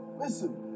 listen